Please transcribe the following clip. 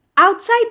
Outside